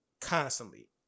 constantly